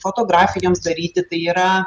fotografijoms daryti tai yra